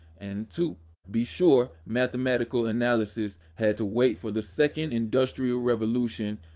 and, to be sure, mathematical analysis had to wait for the second industrial revolution,